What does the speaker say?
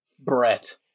Brett